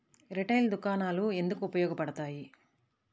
Retail దుకాణాలు ఎందుకు ఉపయోగ పడతాయి?